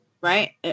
Right